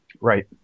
right